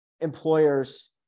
employers